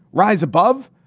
rise above.